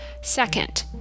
Second